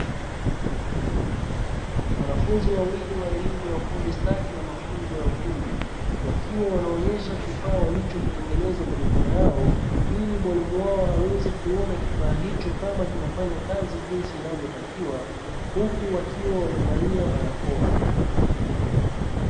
Wanafunzi wawili wa elimu ya ufundi stadi na mafunzo ya ufundi, wakiwa wanaonyesha kifaa walichokitengeneza kwa mikono yao ili mwalimu wao aweze kuona kifaa hicho kama kinafanya kazi jinsi inavyotakiwa, huku wakiwa wamevalia barakoa.